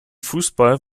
fußball